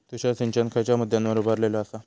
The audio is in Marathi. तुषार सिंचन खयच्या मुद्द्यांवर उभारलेलो आसा?